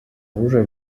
оружие